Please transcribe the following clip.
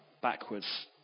backwards